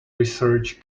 research